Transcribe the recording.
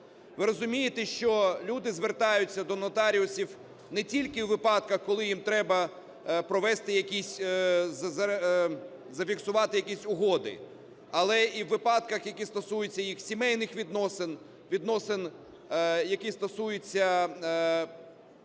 Ви розумієте, що люди звертаються до нотаріусів не тільки у випадках, коли їм треба провести якісь… зафіксувати якісь угоди, але і в випадках, які стосуються їх сімейних відносин, відносин, які стосуються